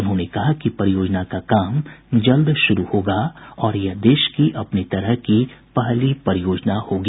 उन्होंने कहा कि परियोजना का काम जल्द शुरू होगा और यह देश की अपनी तरह की पहली परियोजना होगी